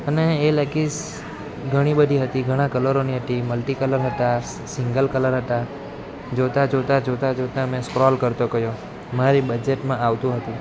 અને એ લેગીસ ઘણી બધી હતી ઘણા કલરોની હતી મલ્ટી કલર હતા સિ સિંગલ કલર હતા જોતાં જોતાં જોતાં મેં સ્ક્રોલ કરતો ગયો મારી બજેટમાં આવતું હતું